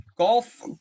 Golf